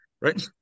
right